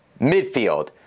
midfield